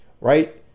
Right